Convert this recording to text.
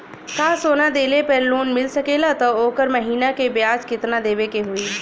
का सोना देले पे लोन मिल सकेला त ओकर महीना के ब्याज कितनादेवे के होई?